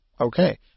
Okay